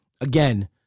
again